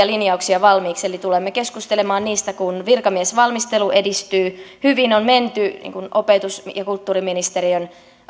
linjauksia valmiiksi eli tulemme keskustelemaan niistä kun virkamiesvalmistelu edistyy hyvin on menty opetus ja kulttuuriministeriön